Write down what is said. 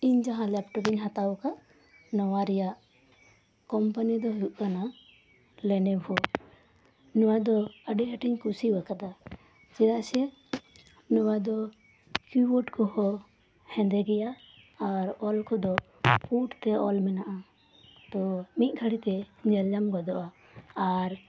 ᱤᱧ ᱡᱟᱦᱟ ᱞᱮᱯᱴᱚᱯ ᱤᱧ ᱦᱟᱛᱟᱣ ᱟᱠᱟᱫ ᱱᱚᱣᱟ ᱨᱮᱭᱟᱜ ᱠᱳᱢᱯᱟᱱᱤ ᱫᱚᱭ ᱦᱩᱭᱩᱜ ᱠᱟᱱᱟ ᱞᱮᱱᱮᱵᱷᱳ ᱱᱚᱣᱟ ᱫᱚ ᱟᱹᱰᱤ ᱟᱴᱤᱧ ᱠᱩᱥᱤ ᱟᱠᱟᱫᱟ ᱪᱮᱫᱟᱜ ᱥᱮ ᱱᱚᱣᱟ ᱫᱚ ᱠᱤᱵᱳᱨᱰ ᱠᱚᱦᱚᱸ ᱦᱮᱸᱫᱮ ᱜᱮᱭᱟ ᱟᱨ ᱚᱞ ᱠᱚᱫᱚ ᱯᱩᱰ ᱛᱮ ᱚᱞ ᱢᱮᱱᱟᱜᱼᱟ ᱛᱳ ᱢᱤᱫ ᱜᱷᱟᱹᱲᱤᱡᱽ ᱛᱮ ᱧᱮᱞ ᱧᱟᱢ ᱜᱚᱫᱚᱜᱼᱟ ᱟᱨ